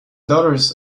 daughters